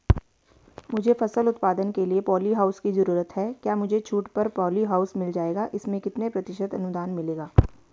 मुझे फसल उत्पादन के लिए प ॉलीहाउस की जरूरत है क्या मुझे छूट पर पॉलीहाउस मिल जाएगा इसमें कितने प्रतिशत अनुदान मिलेगा?